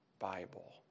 Bible